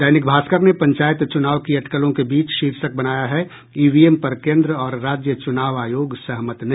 दैनिक भास्कर ने पंचायत चुनाव की अटकलों के बीच शीर्षक बनाया है ईवीएम पर केन्द्र और राज्य चुनाव आयोग सहमत नहीं